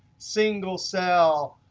single cell,